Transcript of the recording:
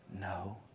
No